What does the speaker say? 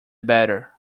better